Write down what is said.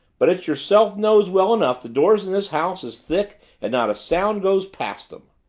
but it's yourself knows well enough the doors in this house is thick and not a sound goes past them.